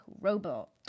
robot